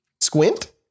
squint